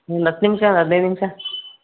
ಒಂದು ಹತ್ತು ನಿಮಿಷ ಹದಿನೈದು ನಿಮಿಷ